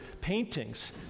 paintings